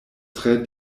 tre